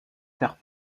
terre